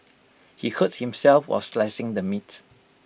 he hurt himself while slicing the meat